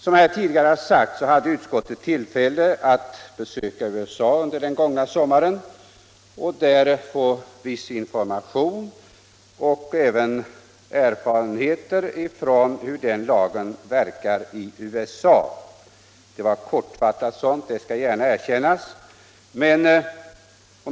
Som tidigare framhållits hade utskottet tillfälle att besöka USA under den gångna sommaren och där få viss information om och även erfarenheter av hur den lagen verkar i USA. Det var en kortfattad sådan information, det skall jag gärna erkänna.